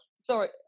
Sorry